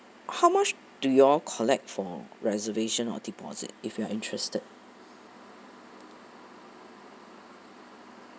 how much do you're collect for reservation or deposit if we are interested